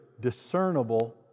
discernible